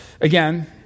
again